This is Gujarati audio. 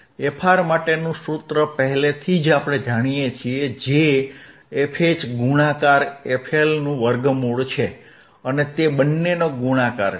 fR માટેનું સૂત્ર પહેલેથી જ જાણીએ છીએ જે fH ગુણાકાર fLનું વર્ગમૂળ છે અને તે બન્નેનો ગુણાકાર છે